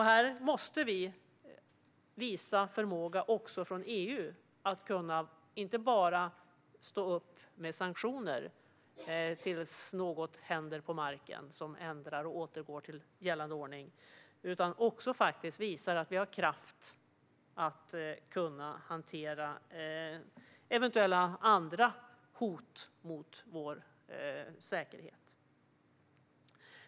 Här måste vi från EU visa förmåga att inte bara stå upp med sanktioner tills något händer på marken som ändrar situationen så att den återgår till gällande ordning - vi måste också visa att vi har kraft att hantera eventuella andra hot mot vår säkerhet.